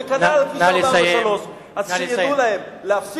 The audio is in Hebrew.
כנ"ל לגבי